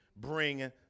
Bring